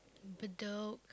Bedok